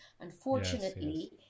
unfortunately